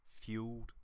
fueled